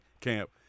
camp